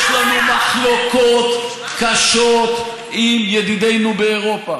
יש לנו מחלוקות קשות עם ידידינו באירופה,